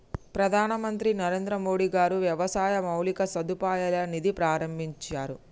ప్రధాన మంత్రి నరేంద్రమోడీ గారు వ్యవసాయ మౌలిక సదుపాయాల నిధి ప్రాభించారు